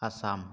Assam